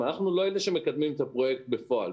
אנחנו לא אלה שמקדמים פרויקט בפועל.